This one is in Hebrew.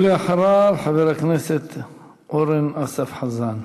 ואחריו, חבר הכנסת אורן אסף חזן.